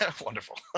Wonderful